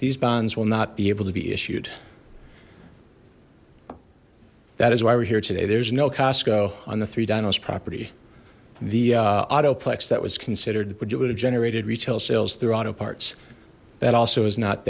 these bonds will not be able to be issued that is why we're here today there's no costco on the three dinos property the autoplex that was considered would you would have generated retail sales through auto parts that also is not